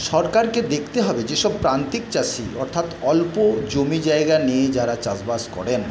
সরকারকে দেখতে হবে যেসব প্রান্তিক চাষি অর্থাৎ অল্প জমি জায়গা নিয়ে যারা চাষবাষ করেন